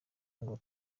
ngo